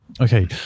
Okay